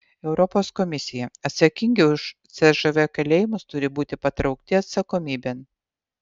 europos komisija atsakingi už cžv kalėjimus turi būti patraukti atsakomybėn